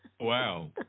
wow